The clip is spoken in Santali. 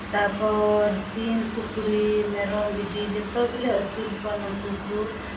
ᱛᱟᱨᱯᱚᱨ ᱥᱤᱢ ᱥᱩᱠᱨᱤ ᱢᱮᱨᱚᱢ ᱵᱷᱤᱰᱤ ᱡᱚᱛᱚ ᱜᱮᱞᱮ ᱟᱹᱥᱩᱞ ᱠᱚᱣᱟ ᱱᱩᱠᱩ ᱠᱚ